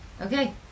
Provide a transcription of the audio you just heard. Okay